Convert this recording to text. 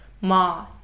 ma